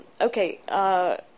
Okay